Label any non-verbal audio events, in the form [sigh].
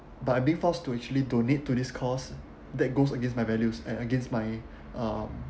but being forced to actually donate to this cause that goes against my values and against my [breath] um